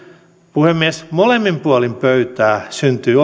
puhemies molemmin puolin pöytää syntyy